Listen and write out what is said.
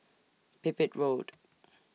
Pipit Road